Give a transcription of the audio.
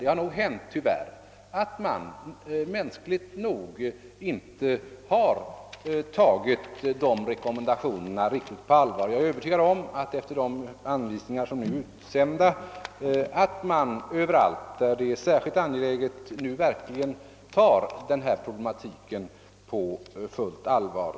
Tyvärr har det nog hänt att man — mänskligt nog — inte tagit rekommendationerna om sådana övningar riktigt på allvar. Med de anvisningar som nu är utsända är jag övertygad om att man, där så är särskilt angeläget, verkligen inser problematikens allvar.